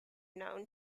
known